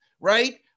right